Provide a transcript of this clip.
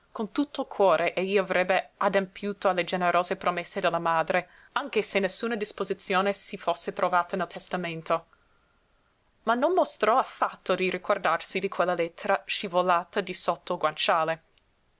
con tutto il cuore egli avrebbe adempiuto alle generose promesse della madre anche se nessuna disposizione si fosse trovata nel testamento ma non mostrò affatto di ricordarsi di quella lettera scivolata di sotto il guanciale